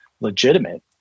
legitimate